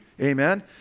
amen